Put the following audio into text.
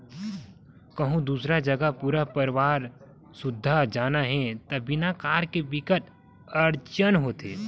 कहूँ दूसर जघा पूरा परवार सुद्धा जाना हे त बिना कार के बिकट अड़चन होथे